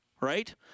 right